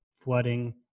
flooding